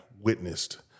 witnessed